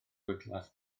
wyrddlas